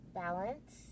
balance